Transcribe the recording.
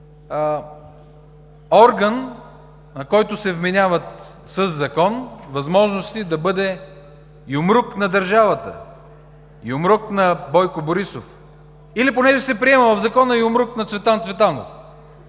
орган, на който се вменяват със закон възможности да бъде юмрук на държавата, юмрук на Бойко Борисов, или понеже се приема в Закона – юмрук на Цветан Цветанов.